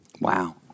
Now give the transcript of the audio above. Wow